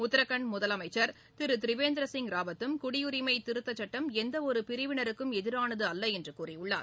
உத்தரகாண்ட் முதலமைச்சர் திரு திரிவேந்திர சிங் ராவத்தும் குடியுரிமை திருத்தச்சுட்டம் எந்தவொரு பிரிவினருக்கும் எதிரானது அல்ல என்று கூறியுள்ளார்